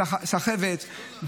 סחבת,